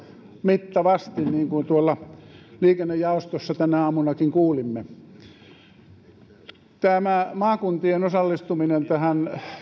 mittavasti niin kuin liikennejaostossa tänä aamunakin kuulimme maakuntien osallistuminen tähän